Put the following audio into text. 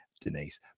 Denise